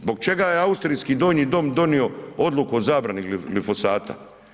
Zbog čega je austrijski Donji dom donio odluku o zabrani glifosata?